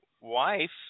wife